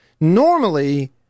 normally –